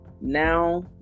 now